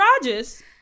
garages